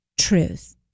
truth